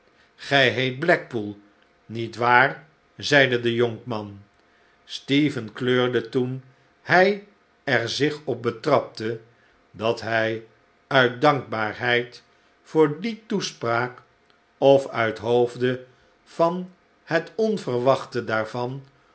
tieet blackpool niet waar zeide de jonkman stephen kleurde toen hij er zich op betrapte dat hij uit dankbaarheid voor die toespraak of uithoofde van het onverwachte daarvan